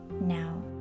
now